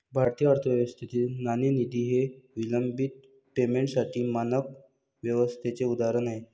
भारतीय अर्थव्यवस्थेतील नाणेनिधी हे विलंबित पेमेंटसाठी मानक व्यवस्थेचे उदाहरण आहे